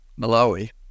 Malawi